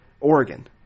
Oregon